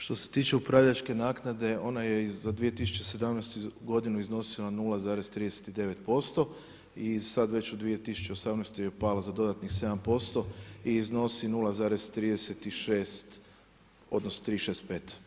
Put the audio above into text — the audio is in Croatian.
Što se tiče upravljačke naknade ona je za 2017. godinu iznosila 0,39% i sad već u 2018. je pala za dodatnih 7% i iznosi 0,36, odnosno 365%